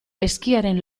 ezkiaren